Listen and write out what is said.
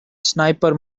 sniper